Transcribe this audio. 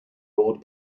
ruled